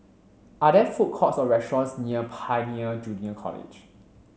are there food courts or restaurants near Pioneer Junior College